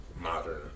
modern